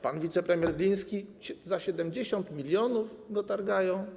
Pan wicepremier Gliński - za 70 mln go targają?